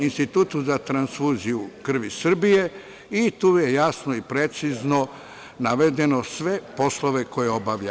Institutu za transfuziju krvi Srbije i tu su jasno i precizno navedeni svi poslovi koje obavlja.